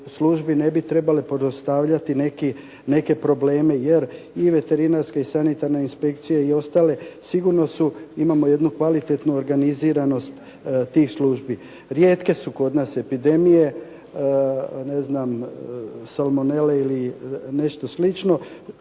službi ne bi trebale predstavljati neke probleme. Jer i veterinarska i sanitarna inspekcija i ostale sigurno su, imamo jednu kvalitetnu organiziranost službi. Rijetke su kod nas epidemije ne znam salmonele ili nešto slično.